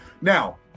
Now